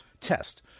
test